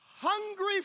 Hungry